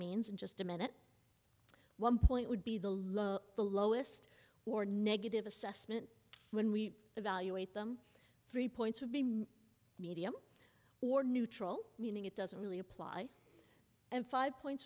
just a minute one point would be the low the lowest or negative assessment when we evaluate them three points would be more medium or neutral meaning it doesn't really apply and five points